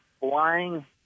flying